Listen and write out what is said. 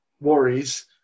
worries